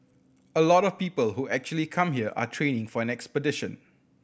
a lot of people who actually come here are training for an expedition